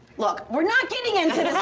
look, we're not getting into